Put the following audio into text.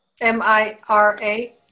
M-I-R-A